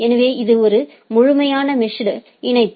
எனவே இது ஒரு முழுமையான மெஷ்டு இணைப்பு